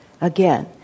Again